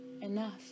Enough